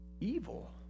evil